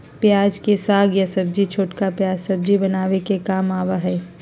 प्याज के साग या छोटका प्याज सब्जी बनावे के काम आवा हई